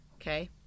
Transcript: Okay